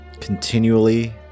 continually